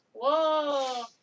Whoa